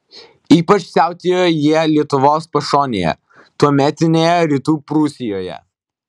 ypač siautėjo jie lietuvos pašonėje tuometinėje rytų prūsijoje